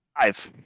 Five